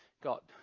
got